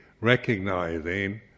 recognizing